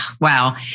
Wow